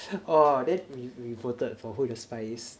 orh that we we voted for who the spy is